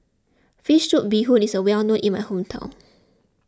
Fish Soup Bee Hoon is well known in my hometown